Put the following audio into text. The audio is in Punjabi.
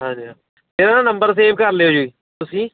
ਹਾਂਜੀ ਹਾਂ ਇਹ ਨਾ ਨੰਬਰ ਸੇਵ ਕਰ ਲਿਓ ਜੀ ਤੁਸੀਂ